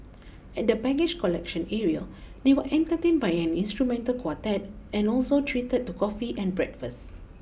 at the baggage collection area they were entertained by an instrumental quartet and also treated to coffee and breakfast